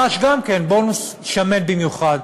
ודרש גם כן בונוס שמן במיוחד.